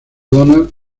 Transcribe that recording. donald